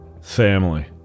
family